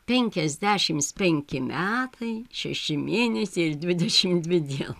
penkiasdešims penki metai šeši mėnesiai ir dvidešim dvi dien